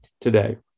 today